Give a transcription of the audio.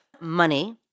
money